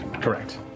Correct